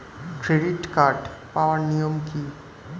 Credit card পাওয়ার নিয়ম কী?